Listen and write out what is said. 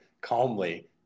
calmly